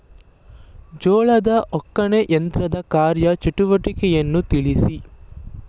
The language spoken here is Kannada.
ಜೋಳದ ಒಕ್ಕಣೆ ಯಂತ್ರದ ಕಾರ್ಯ ಚಟುವಟಿಕೆಯನ್ನು ತಿಳಿಸಿ?